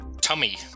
Tummy